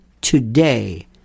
today